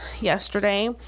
yesterday